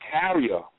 carrier